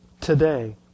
Today